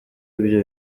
ibyo